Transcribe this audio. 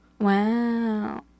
Wow